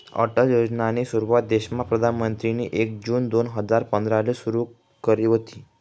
अटल योजनानी सुरुवात देशमा प्रधानमंत्रीनी एक जून दोन हजार पंधराले सुरु करी व्हती